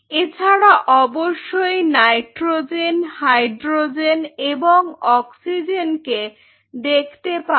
এছাড়া অবশ্যই nitrogen hydrogen Refer Time 1836 এবং অক্সিজেনকে দেখতে পাবে